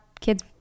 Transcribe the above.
kids